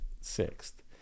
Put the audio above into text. sixth